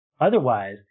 otherwise